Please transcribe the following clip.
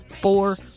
four